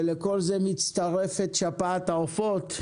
ולכל זה מצטרפת שפעת העופות,